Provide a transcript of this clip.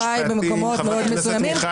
שחי במקומות מאוד מסוימים,